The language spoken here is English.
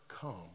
come